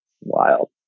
Wild